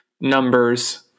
numbers